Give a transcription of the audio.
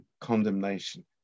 condemnation